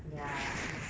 ya